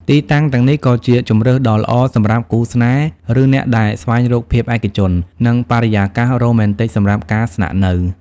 ទីតាំងទាំងនេះក៏ជាជម្រើសដ៏ល្អសម្រាប់គូស្នេហ៍ ឬអ្នកដែលស្វែងរកភាពឯកជន និងបរិយាកាសរ៉ូមែនទិកសម្រាប់ការស្នាក់នៅ។